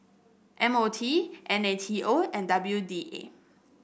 M O T N A T O and W D A